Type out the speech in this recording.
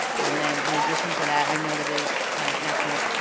and then in addition to that, i know that it is national